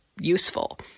useful